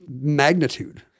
magnitude